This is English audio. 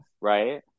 right